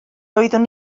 oeddwn